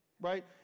right